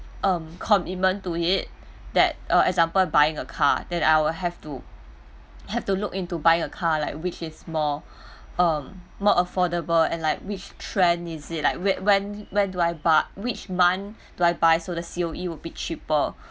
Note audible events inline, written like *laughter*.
um commitment to it that uh example buying a car then I will have to *noise* have to look into buy a car like which is more um more affordable and like which trend is it like when when when do I buy which month do I buy so the C_O_E will be cheaper